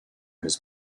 his